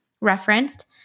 referenced